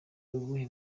ubuhe